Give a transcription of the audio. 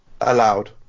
allowed